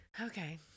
okay